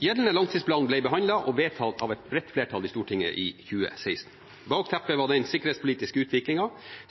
Gjeldende langtidsplan ble behandlet og vedtatt av et bredt flertall i Stortinget i 2016. Bakteppet var den sikkerhetspolitiske utviklingen,